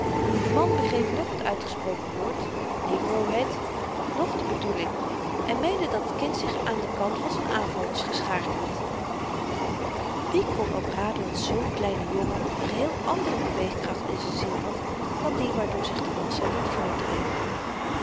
de man begreep noch t uitgesproken woord negrohead noch de bedoeling en meende dat het kind zich aan den kant van z'n aanvallers geschaard had wie kon ook raden dat zoo'n kleine jongen n geheel àndere beweegkracht in z'n ziel had dan die waardoor zich de massa liet voortdryven